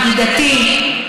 ידידתי,